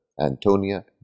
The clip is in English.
Antonia